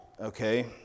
okay